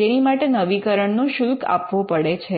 જેની માટે નવીકરણ નો શુલ્ક આપવો પડે છે